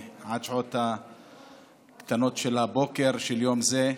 עד השעות הקטנות של הבוקר של יום זה,